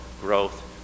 growth